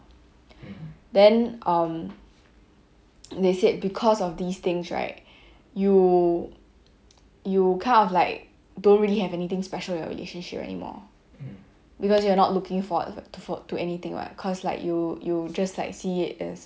then um they said because of these things right you you kind of like don't really have anything special in relationship anymore because you are not looking forward to for~ to anything what cause like you you just like see it is as